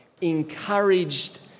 encouraged